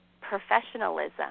professionalism